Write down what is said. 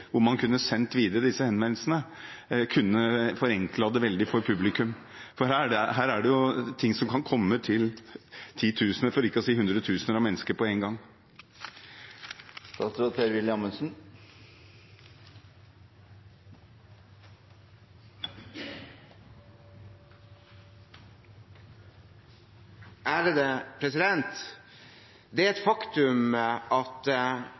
hvor man kunne sendt disse henvendelsene videre, kunne forenklet dette veldig for publikum – for her er det ting som kan komme til titusener, for ikke å si hundretusener, av mennesker på én gang. Det er et faktum at